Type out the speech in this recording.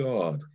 God